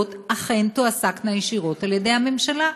אכן תועסקנה ישירות על-ידי הממשלה.